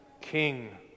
King